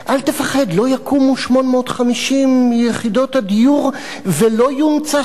לא יקומו 850 יחידות הדיור ולא יונצח הסכסוך.